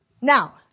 Now